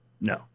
No